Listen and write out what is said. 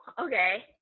okay